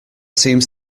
seems